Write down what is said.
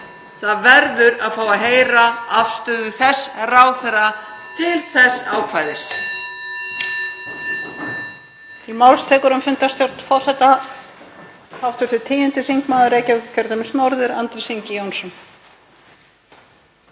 Við verðum að fá að heyra afstöðu þess ráðherra til þess ákvæðis.